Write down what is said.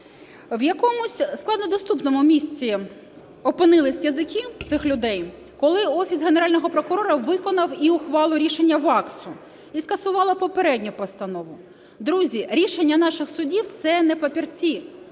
В якомусь складнодоступному місці опинились язики цих людей, коли Офіс Генерального прокурора виконав і ухвалу-рішення ВАКСу і скасували попередню постанову. Друзі, рішення наших судів – це не папірці